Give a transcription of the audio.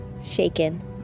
shaken